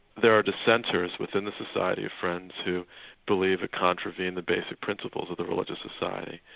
there are dissenters within the society of friends who believe it contravened the basic principles of the religious society,